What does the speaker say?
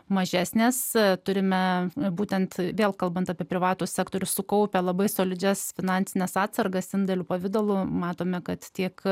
mažesnes turime būtent vėl kalbant apie privatų sektorių sukaupę labai solidžias finansines atsargas indėlių pavidalu matome kad tiek